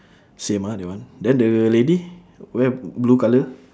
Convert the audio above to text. same ah that one then the lady wear blue colour